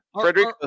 Frederick